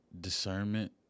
discernment